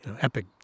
epic